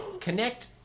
connect